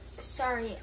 Sorry